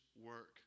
work